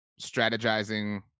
strategizing